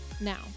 Now